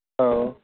औ